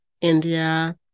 India